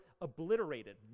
obliterated